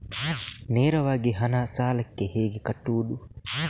ನೇರವಾಗಿ ಹಣ ಸಾಲಕ್ಕೆ ಹೇಗೆ ಕಟ್ಟುವುದು?